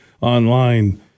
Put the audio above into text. online